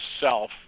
self